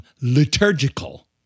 liturgical